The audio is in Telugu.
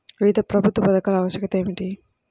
వివిధ ప్రభుత్వ పథకాల ఆవశ్యకత ఏమిటీ?